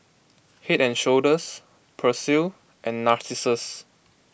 Head and Shoulders Persil and Narcissus